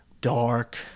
dark